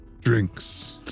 drinks